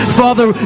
father